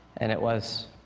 and it was